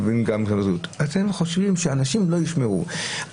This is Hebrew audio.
אתם חושבים שאנשים לא ישמרו.